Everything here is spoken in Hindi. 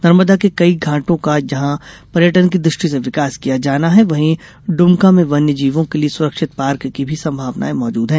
नर्मदा के कई घाटों का जहां पर्यटन की दृष्टि से विकास किया जाना है वहीं डुमका में वन्य जीवों के लिये सुरक्षित पार्क की भी संभावनाएं मौजूद है